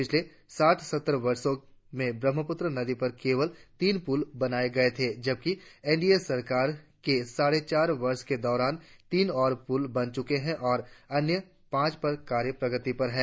पिछले साठ सत्तर वर्षों में ब्रह्मपुत्र पर केवल तीन पुल बनाए गए थे जबकि एन डी ए सरकार के साढ़े चार वर्ष के दौरान तीन और पुल बन चुके है और अन्य पांच का कार्य प्रगति पर है